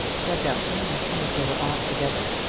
said belton, as soon as they were off together.